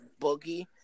Boogie